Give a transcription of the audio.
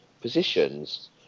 positions